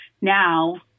now